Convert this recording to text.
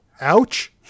ouch